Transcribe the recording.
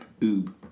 Oob